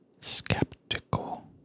skeptical